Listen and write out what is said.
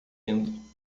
indo